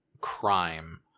crime